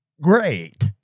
great